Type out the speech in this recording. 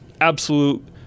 absolute